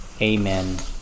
Amen